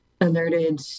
alerted